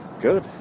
Good